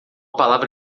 palavra